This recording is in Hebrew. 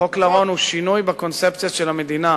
חוק לרון הוא שינוי בקונספציה של המדינה,